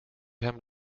hem